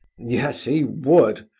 yes, he would!